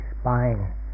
spine